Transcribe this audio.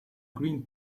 green